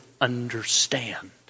understand